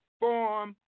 Form